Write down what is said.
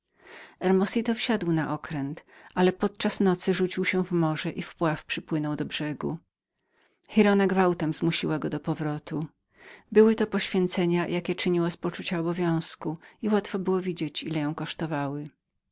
amerykańskiego okrętu hermosito wsiadł na okręt ale podczas nocy rzucił się w morze i wpław przypłynął do brzegu giralda gwałtem zmusiła go do powrotu były to poświęcenia jakie czyniła własnemu obowiązkowi i łatwo było widzieć ile ją kosztowały